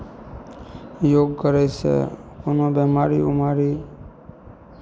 योग करयसँ कोनो बेमारी उमारी